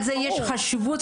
ולזה יש חשיבות.